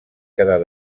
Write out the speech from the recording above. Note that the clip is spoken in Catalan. quedar